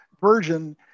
version